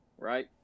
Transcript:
right